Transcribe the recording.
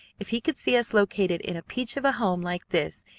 if he could see us located in a peach of a home like this,